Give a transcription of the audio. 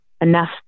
enough